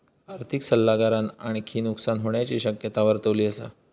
आर्थिक सल्लागारान आणखी नुकसान होण्याची शक्यता वर्तवली असा